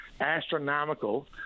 astronomical